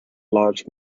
large